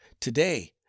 Today